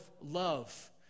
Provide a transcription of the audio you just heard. love